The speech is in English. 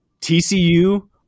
TCU